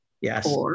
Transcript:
Yes